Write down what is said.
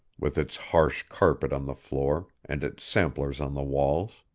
with its harsh carpet on the floor, and its samplers on the walls.